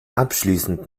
abschließend